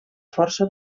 força